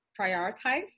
prioritize